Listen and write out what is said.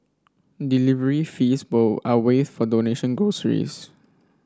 delivery fees both are waived for donated groceries